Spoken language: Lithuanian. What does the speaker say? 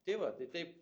tai va tai taip